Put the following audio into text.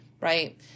right